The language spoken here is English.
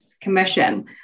Commission